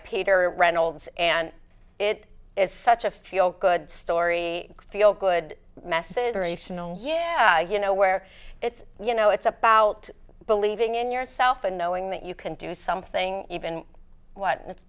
peter reynolds and it is such a feel good story feel good message yeah you know where it's you know it's about believing in yourself and knowing that you can do something even while it's